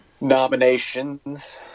nominations